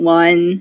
one